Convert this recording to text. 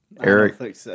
Eric